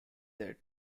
that